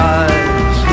eyes